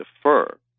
defer